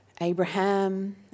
Abraham